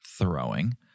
throwing